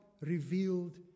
revealed